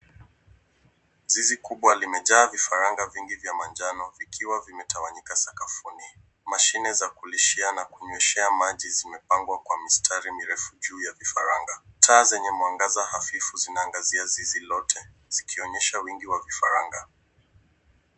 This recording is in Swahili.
Zizi kubwa limejaa vifaranga vingi vya manjano vikiwa vimetawanyika sakafuni. Mashine za kulishia na kunyweshwea maji zimepangwa kwa mistari mirefu juu ya vifaranga. Taa zenye mwangaza hafifu zinaangazia zizi lote zikionyesha wingi wa vifaranga.